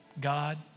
God